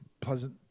pleasant